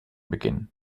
beginnen